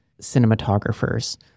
cinematographers